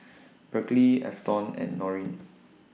Berkley Afton and Norine